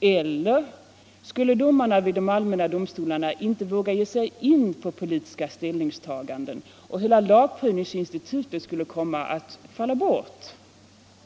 eller skulle domarna vid de allmänna domstolarna inte våga ge sig in på politiska ställningstaganden och hela lagprövningsinstitutet skulle komma att falla bort.